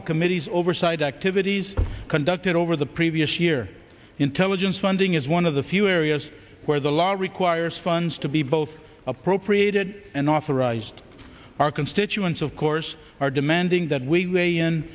the committees oversight activities conducted over the previous year intelligence funding is one of the few areas where the law requires funds to be both appropriated and authorized our constituents of course are demanding that we